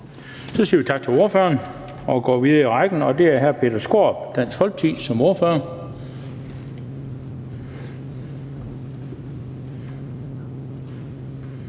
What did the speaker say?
Så siger vi tak til ordføreren og går videre i rækken. Det er hr. Peter Skaarup, Dansk Folkeparti, som ordfører.